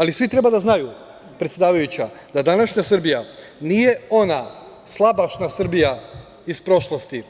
Ali, svi treba da znaju predsedavajuća, da današnja Srbija nije ona slabaša Srbija iz prošlosti,